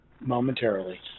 momentarily